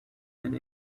and